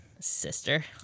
Sister